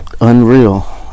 unreal